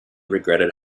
regretted